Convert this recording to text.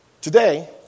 Today